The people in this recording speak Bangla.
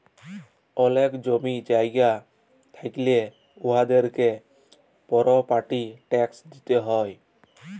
অলেক জমি জায়গা থ্যাইকলে উয়াদেরকে পরপার্টি ট্যাক্স দিতে হ্যয়